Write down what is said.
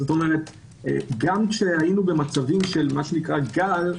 גם כשהיינו במצבים של גל,